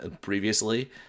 previously